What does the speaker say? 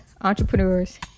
entrepreneurs